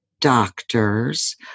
doctors